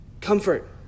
Comfort